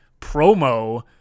promo